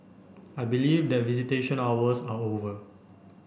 I believe that visitation hours are over